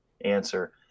answer